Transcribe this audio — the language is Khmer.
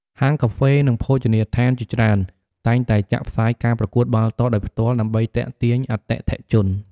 ហាងកាហ្វេ និងភោជនីយដ្ឋានជាច្រើនតែងតែចាក់ផ្សាយការប្រកួតបាល់ទាត់ដោយផ្ទាល់ ដើម្បីទាក់ទាញអតិថិជន។